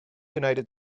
united